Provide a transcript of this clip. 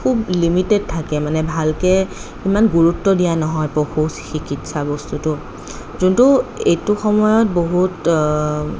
খুব লিমিটেড থাকে মানে ভালকৈ সিমান গুৰুত্ব দিয়া নহয় পশু চিকিৎসা বস্তুটো যোনটো এইটো সময়ত বহুত